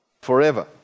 Forever